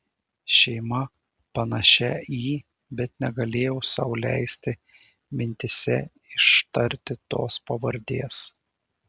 šeima panašia į bet negalėjau sau leisti mintyse ištarti tos pavardės